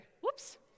Whoops